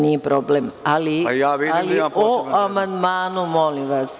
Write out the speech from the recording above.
Nije problem, ali o amandmanu molim vas.